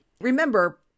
Remember